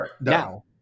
Now